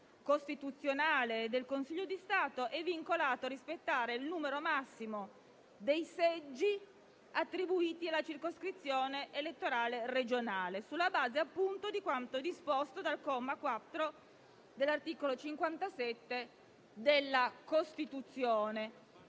costituzionale del Consiglio di Stato, è vincolato a rispettare il numero massimo dei seggi attribuiti alla circoscrizione elettorale regionale sulla base di quanto disposto dall'articolo 57, comma 4, della Costituzione.